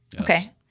Okay